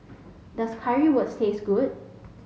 does Currywurst taste good